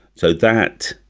so that.